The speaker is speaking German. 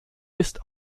ist